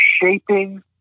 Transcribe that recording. shaping